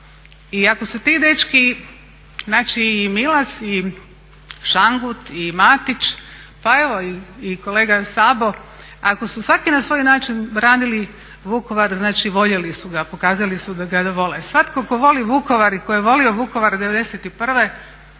I ako su ti dečki znači i Milas i Šangut i Matić pa evo i kolega Sabo ako su svaki na svoj način branili Vukovar znači voljeli su ga, pokazali su da ga vole. Svatko tko voli Vukovar i tko je volio Vukovar